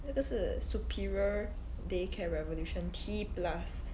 那个是 superior day care revolution T plus